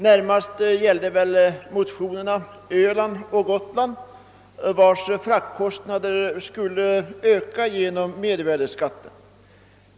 Närmast gällde väl motionerna Öland och Gotland, vilkas fraktkostnader skulle öka genom mervärdeskatten.